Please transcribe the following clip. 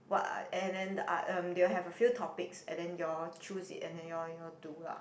what art and then the art um they will have a few topics and then you all choose it and then you all you all do lah